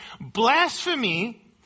blasphemy